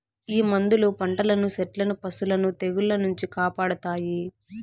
ఈ మందులు పంటలను సెట్లను పశులను తెగుళ్ల నుంచి కాపాడతాయి